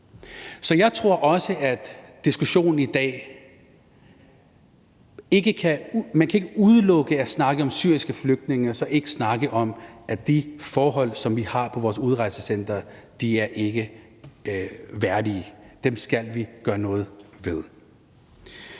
i dag har vist, at man ikke kan snakke om syriske flygtninge og så udelukke at snakke om, at de forhold, som vi har på vores udrejsecentre ikke er værdige. Dem skal vi gøre noget ved.